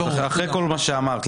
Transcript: אחרי כל מה שאמרת,